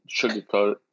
sugarcoat